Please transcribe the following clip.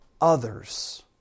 others